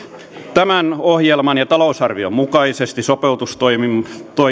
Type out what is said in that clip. tämän ohjelman ja talousarvion mukaisesti sopeutustoimien